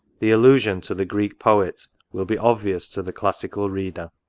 the allusion to the greek poet will be obvious to the classical reader.